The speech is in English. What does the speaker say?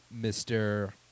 Mr